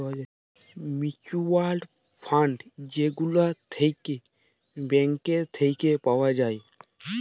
mutual fund যে গুলা থাক্যে ব্যাঙ্ক থাক্যে পাওয়া যায়